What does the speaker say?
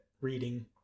reading